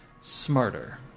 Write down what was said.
smarter